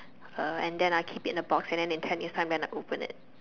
uh and then I keep it in a box and then in ten years time then I open it